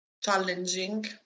challenging